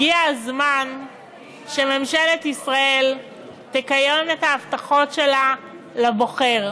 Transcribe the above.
הגיע הזמן שממשלת ישראל תקיים את ההבטחות שלה לבוחר.